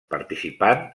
participant